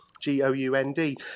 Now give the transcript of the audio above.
G-O-U-N-D